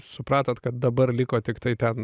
supratot kad dabar liko tiktai ten